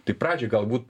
tai pradžiai galbūt